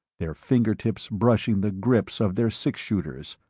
their fingertips brushing the grips of their six-shooters,